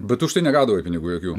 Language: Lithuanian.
bet už tai negaudavai pinigų jokių